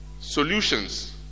solutions